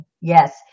Yes